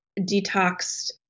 detoxed